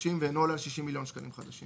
חדשים ואינו עולה על 60 מיליון שקלים חדשים,